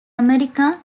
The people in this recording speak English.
america